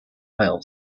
well